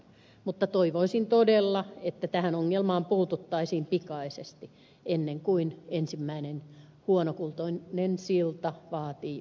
mutta toivoisin todella että tähän ongelmaan puututtaisiin pikaisesti ennen kuin ensimmäinen huonokuntoinen silta vaatii uhrinsa